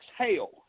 exhale